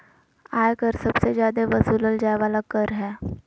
आय कर सबसे जादे वसूलल जाय वाला कर हय